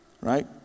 right